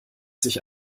sich